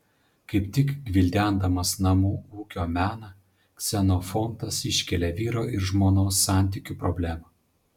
kaip tik gvildendamas namų ūkio meną ksenofontas iškelia vyro ir žmonos santykių problemą